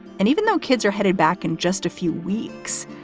and even though kids are headed back in just a few weeks,